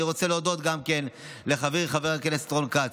אני רוצה להודות גם לחברי חבר הכנסת רון כץ,